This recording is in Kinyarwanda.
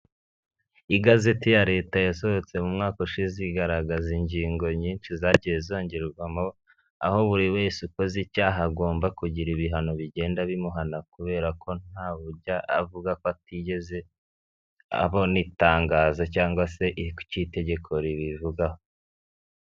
Igazeti ya leta yasohotse mu mwaka ushize igaragaza ingingo nyinshi zagiye zongerwamo, aho buri wese ukoze icyaha agomba kugira ibihano bigenda bimuhana kubera ko ntawujya avuga ko atigeze abona itangazo cyangwa se icyo itegeko ribivugaho.